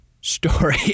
story